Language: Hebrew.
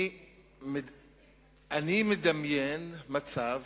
אני מדמיין מצב